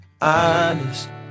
Honest